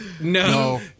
no